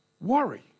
worry